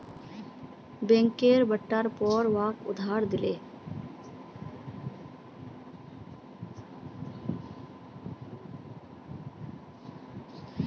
बैंकेर पट्टार पर वहाक उधार दिले